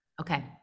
Okay